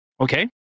Okay